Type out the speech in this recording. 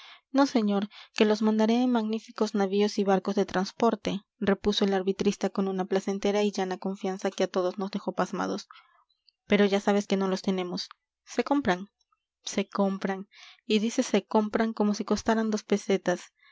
no señor que los mandaré en magníficos navíos y barcos de trasporte repuso el arbitrista con una placentera y llana confianza que a todos nos dejó pasmados pero ya sabes que no los tenemos se compran se compran y dice se compran como si costaran dos pesetas